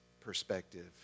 perspective